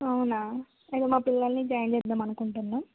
అవునా నేను మా పిల్లలని జాయిన్ చేద్దాము అనుకుంటున్నాము